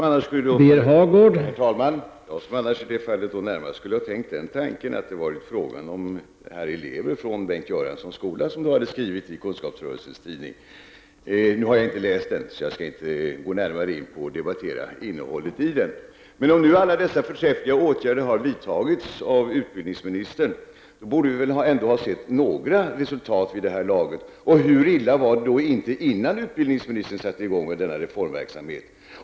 Herr talman! Jag skulle då närmast ha tänkt tanken att det är elever i Bengt Göranssons skola som skrivit i Kunskapsrörelsens tidning. Nu har jag inte läst den tidningen, och jag skall därför inte debattera innehållet i den. Om nu alla förträffliga åtgärder har vidtagits av utbildningsministern, borde vi väl ändå ha sett några resultat vid det här laget. Hur illa var det då inte innan utbildningsministern satte i gång med denna reformverksamhet?